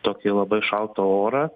tokį labai šaltą orą